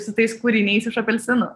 su tais kūriniais iš apelsinų